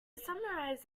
summarize